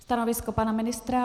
Stanovisko pana ministra?